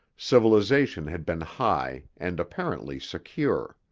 civilization had been high, and apparently secure.